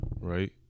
right